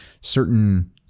certain